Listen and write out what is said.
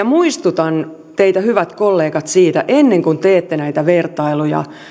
muistutan teitä hyvät kollegat siitä ennen kuin teette näitä vertailuja